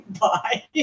Bye